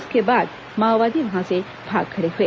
इसके बाद माओवादी वहां से भाग खड़े हुए